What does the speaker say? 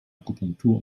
akupunktur